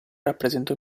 rappresentò